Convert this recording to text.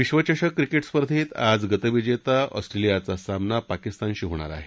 विश्वचषक क्रिकेट स्पर्धेत आज गतविजेता ऑस्ट्रेलियाचा सामना पाकिस्तानशी होणार आहे